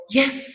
yes